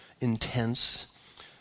intense